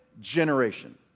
generation